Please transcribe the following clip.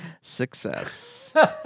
success